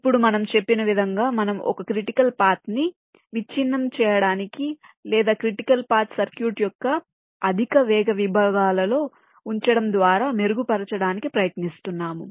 ఇప్పుడు మనము చెప్పిన విధంగా మనము ఒక క్రిటికల్ పాత్ ని విచ్ఛిన్నం చేయడానికి లేదా క్రిటికల్ పాత్ సర్క్యూట్ యొక్క అధిక వేగ విభాగాలలో ఉంచడం ద్వారా మెరుగుపరచడానికి ప్రయత్నిస్తున్నాము